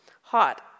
Hot